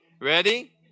Ready